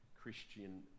Christian